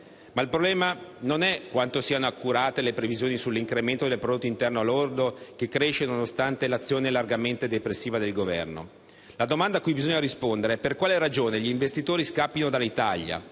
Ma il problema non è quanto siano accurate le previsioni sull'incremento del prodotto interno lordo, che cresce nonostante l'azione largamente depressiva del Governo. La domanda a cui bisogna rispondere è per quale ragione gli investitori scappino dall'Italia.